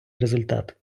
результат